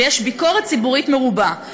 ויש ביקורת ציבורית מרובה.